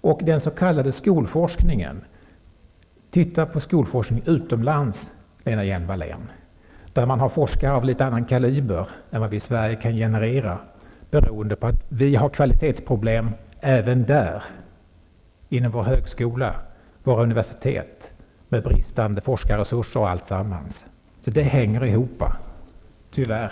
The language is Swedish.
Vad gäller den s.k. skolforskningen: Titta på skolforskning utomlands, Lena Hjelm-Wallén! Man har där forskare av en litet annan kaliber än vad vi i Sverige kan generera, beroende på att vi har kvalitetsproblem även på högskolor och universitet, med bristande forskarresurser och annat. Allt detta hänger ihop, tyvärr.